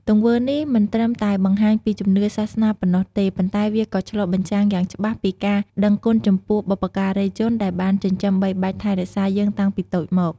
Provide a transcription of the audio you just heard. ទង្វើនេះមិនត្រឹមតែបង្ហាញពីជំនឿសាសនាប៉ុណ្ណោះទេ ប៉ុន្តែវាក៏ឆ្លុះបញ្ចាំងយ៉ាងច្បាស់ពីការដឹងគុណចំពោះបុព្វការីជនដែលបានចិញ្ចឹមបីបាច់ថែរក្សាយើងតាំងពីតូចមក។